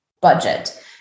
budget